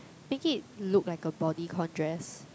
make it look like a bodycon dress